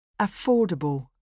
Affordable